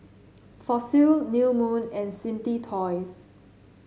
Fossil New Moon and Simply Toys